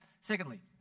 Secondly